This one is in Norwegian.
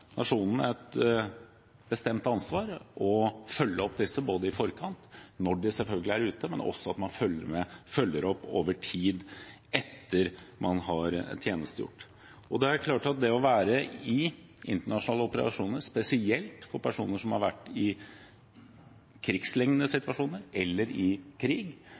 nasjonen et bestemt ansvar når det gjelder å følge opp disse, både i forkant av oppdraget, når de er ute, og over tid etter at de har tjenestegjort. Det er klart at det å være med på internasjonale operasjoner, spesielt for personer som har vært i krigslignende situasjoner eller i krig,